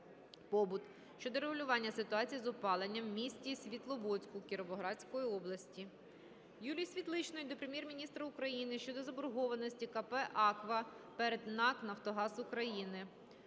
щодо врегулювання ситуації з опаленням в місті Світловодську Кіровоградської області. Юлії Світличної до Прем'єр-міністра України щодо заборгованості КП "АКВА" перед НАК "Нафтогаз України".